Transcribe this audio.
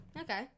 Okay